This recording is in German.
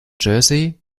jersey